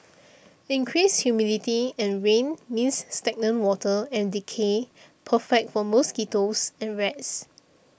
increased humidity and rain means stagnant water and decay perfect for mosquitoes and rats